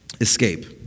escape